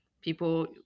people